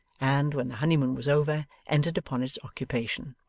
and, when the honey-moon was over, entered upon its occupation.